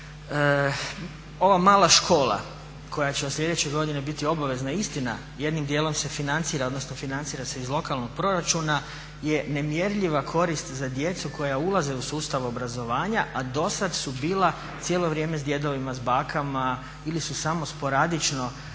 ova mala škola koja će od sljedeće godine biti obavezna, istina jednim dijelom se financira odnosno financira se iz lokalnog proračuna je nemjerljiva korist za djecu koja ulaze u sustav obrazovanja, a dosad su bila cijelo vrijeme s djedovima, s bakama ili su samo sporadično